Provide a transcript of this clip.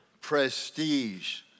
prestige